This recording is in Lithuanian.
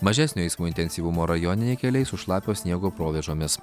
mažesnio eismo intensyvumo rajoniniai keliai su šlapio sniego provėžomis